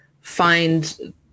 find